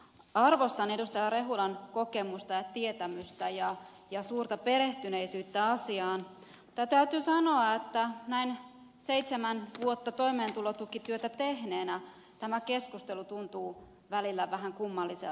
arvostan edustaja rehulan kokemusta ja tietämystä ja suurta perehtyneisyyttä asiaan mutta täytyy sanoa että näin seitsemän vuotta toimeentulotukityötä tehneenä tämä keskustelu tuntuu välillä vähän kummalliselta